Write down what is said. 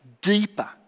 deeper